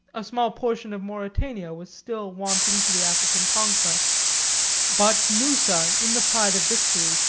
a small portion of mauritania was still wanting to the african conquest but musa, in the pride of victory,